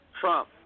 Trump